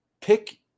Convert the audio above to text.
Pick